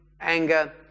anger